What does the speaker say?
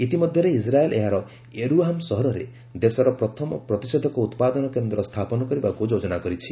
ଇତିମଧ୍ୟରେ ଇସ୍ରାଏଲ୍ ଏହାର ୟେରୁହାମ୍ ସହରରେ ଦେଶର ପ୍ରଥମ ପ୍ରତିଷେଧକ ଉତ୍ପାଦନ କେନ୍ଦ୍ର ସ୍ଥାପନ କରିବାକୁ ଯୋଜନା କରିଛି